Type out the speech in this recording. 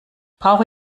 brauche